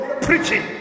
preaching